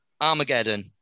Armageddon